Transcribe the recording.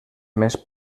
més